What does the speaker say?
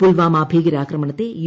പുൽവാമ ഭീകരാക്രമണത്തെ യു